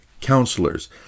counselors